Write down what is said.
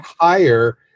higher